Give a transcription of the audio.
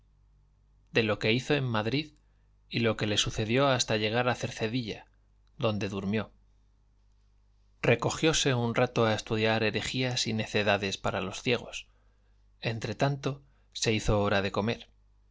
de lo que hizo en madrid y lo que le sucedió hasta llegar a cercedilla donde durmió recogióse un rato a estudiar herejías y necedades para los ciegos entre tanto se hizo hora de comer